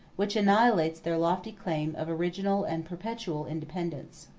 which annihilates their lofty claim of original and perpetual independence.